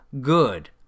good